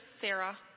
Sarah